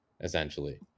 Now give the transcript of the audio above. essentially